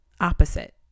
opposite